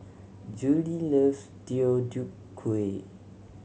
Juli loves Deodeok Gui